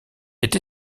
est